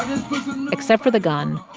except for the gun,